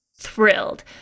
thrilled